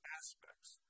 aspects